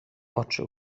oczy